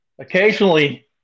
Occasionally